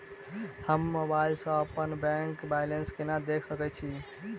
हम मोबाइल सा अपने बैंक बैलेंस केना देख सकैत छी?